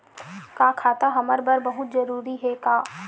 का खाता हमर बर बहुत जरूरी हे का?